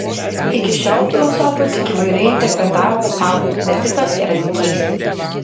iki šiol filosofai tik įvairiai interpretavo pasaulį bet tikslas yra jį keisti